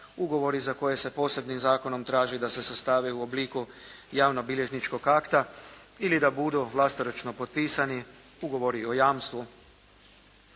ugovori za koje se posebnim zakonom traži da se sastave u obliku javnobilježničkog akta ili da budu vlastoručno potpisani, ugovori o jamstvu.